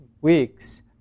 weeks